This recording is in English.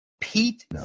Pete